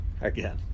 again